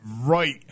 Right